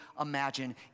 imagine